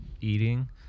eating